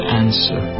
answer